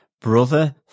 brother